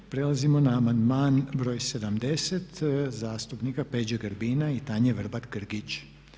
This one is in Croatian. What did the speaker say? Prelazimo na amandman broj 70. zastupnika Peđe Grbina i Tanje Vrbat Grgić.